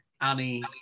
Annie